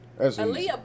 Aaliyah